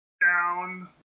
down